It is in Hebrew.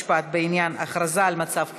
חוק ומשפט בעניין הכרזה על מצב חירום,